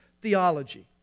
theology